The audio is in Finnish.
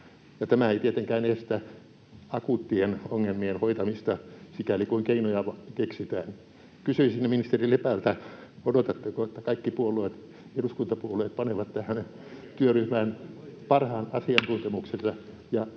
Tämä ei tietenkään estä akuuttien ongelmien hoitamista, sikäli kun keinoja keksitään. Kysyisin ministeri Lepältä: odotatteko, että kaikki eduskuntapuolueet panevat tähän työryhmään parhaan asiantuntemuksensa